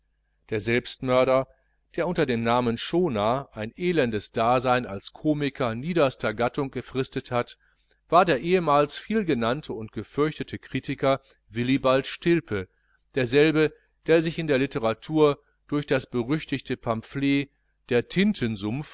der selbstmörder der unter dem namen schonaar ein elendes dasein als komiker niederster gattung gefristet hat war der ehemals viel genannte und gefürchtete kritiker willibald stilpe derselbe der sich in der literatur durch das berüchtigte pamphlet der